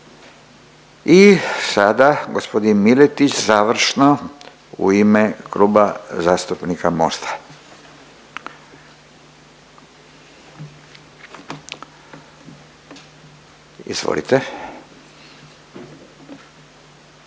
I sada g. Miletić završno u ime Kluba zastupnika Mosta, izvolite.